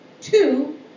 two